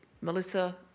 Melissa